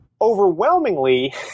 Overwhelmingly